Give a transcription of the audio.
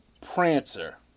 prancer